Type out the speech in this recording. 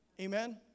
Amen